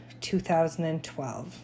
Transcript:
2012